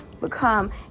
become